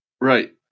Right